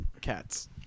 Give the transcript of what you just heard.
cats